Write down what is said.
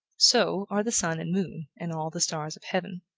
so are the sun and moon and all the stars of heaven.